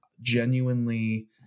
genuinely